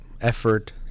effort